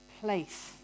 place